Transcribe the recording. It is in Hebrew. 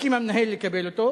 המנהל הסכים לקבל אותו,